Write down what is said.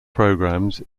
programs